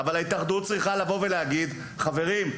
אבל ההתאחדות צריכה לבוא ולהגיד: חברים,